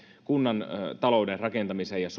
kunnan talouden rakentamiseen ja